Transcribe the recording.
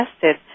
tested